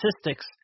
statistics